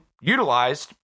utilized